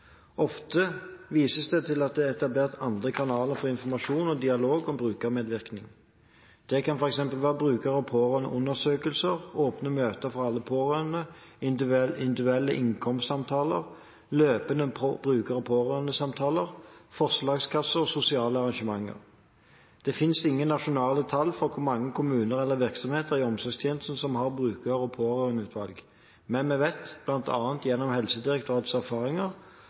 Ofte vises det til at det er etablert andre kanaler for informasjon, dialog og brukermedvirkning. Det kan f.eks. være bruker- og pårørendeundersøkelser, åpne møter for alle pårørende, individuelle innkomstsamtaler, løpende bruker- og pårørendesamtaler, forslagskasse og sosiale arrangementer. Det finnes ingen nasjonale tall for hvor mange kommuner eller virksomheter i omsorgtjenesten som har bruker- og pårørendeutvalg. Men vi vet, bl.a. gjennom Helsedirektoratets erfaringer,